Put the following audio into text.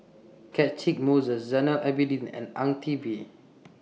Catchick Moses Zainal Abidin and Ang Teck Bee